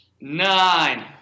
nine